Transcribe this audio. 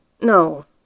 No